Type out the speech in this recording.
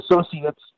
associates